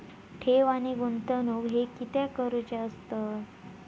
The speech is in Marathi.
ठेव आणि गुंतवणूक हे कित्याक करुचे असतत?